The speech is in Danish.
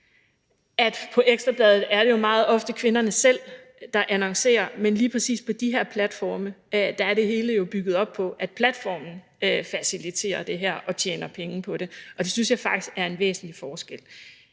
i Ekstra Bladet er det meget ofte kvinderne selv, der annoncerer, men lige præcis på de her platforme er det hele jo bygget op på, at platformen faciliterer det og tjener penge på det, og det synes jeg faktisk er en væsentlig forskel.